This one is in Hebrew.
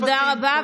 תודה רבה.